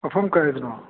ꯃꯐꯝ ꯀꯥꯏꯗꯅꯣ